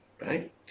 Right